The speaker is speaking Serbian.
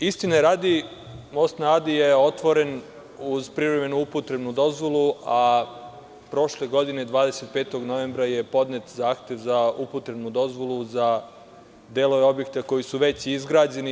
Istine radi, most na Adi je otvoren uz privremenu upotrebnu dozvolu, a prošle godine 25. novembra je podnet zahtev za upotrebnu dozvolu za delove objekta koji su već izgrađeni.